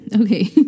Okay